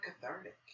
cathartic